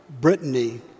Brittany